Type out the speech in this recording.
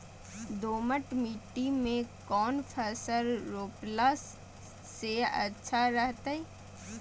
दोमट मिट्टी में कौन फसल रोपला से अच्छा रहतय?